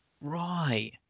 Right